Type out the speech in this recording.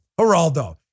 Geraldo